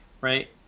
right